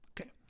okay